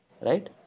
Right